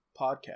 podcast